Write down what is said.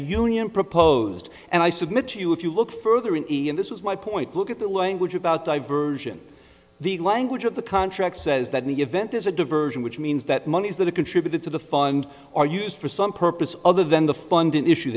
union proposed and i submit to you if you look further in even this was my point look at the language about diversion the language of the contract says that the event is a diversion which means that monies that are contributed to the fund are used for some purpose other than the funding issue